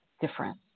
different